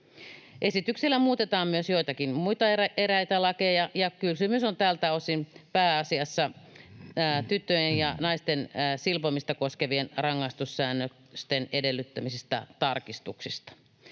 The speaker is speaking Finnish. Esityksellä muutetaan myös eräitä muita lakeja, ja kysymys on tältä osin pääasiassa tyttöjen ja naisten silpomista koskevien rangaistussäännösten edellyttämistä tarkistuksista.